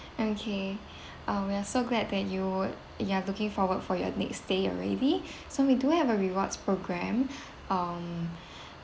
okay ah we are so glad that you wou~ you are looking forward for your next stay already so we do have a rewards program um